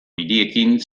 hiriekin